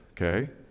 okay